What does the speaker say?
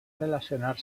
relacionar